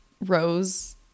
rose